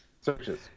searches